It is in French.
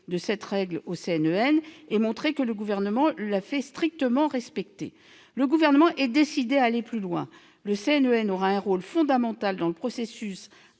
de cette règle au CNEN et montrer que le Gouvernement la fait strictement respecter. Le Gouvernement est décidé à aller plus loin. Le CNEN aura un rôle fondamental dans le processus,